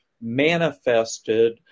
manifested